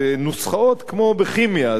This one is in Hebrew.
זה נוסחאות כמו בכימיה.